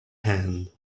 hand